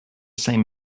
same